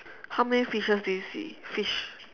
how many fishes do you see fish